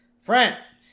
France